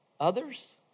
Others